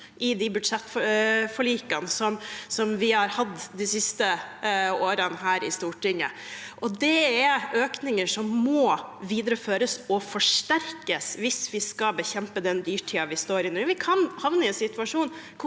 i de budsjettforlikene vi har hatt de siste årene her i Stortinget, og det er økninger som må videreføres og forsterkes hvis vi skal bekjempe den dyrtiden vi står i nå. Vi kan havne i en situasjon